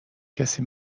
کسی